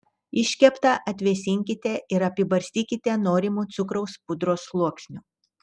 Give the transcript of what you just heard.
iškeptą atvėsinkite ir apibarstykite norimu cukraus pudros sluoksniu